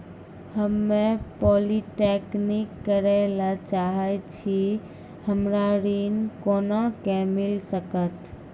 हम्मे पॉलीटेक्निक करे ला चाहे छी हमरा ऋण कोना के मिल सकत?